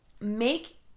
make